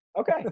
Okay